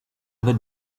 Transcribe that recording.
other